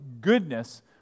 goodness